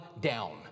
down